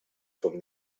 from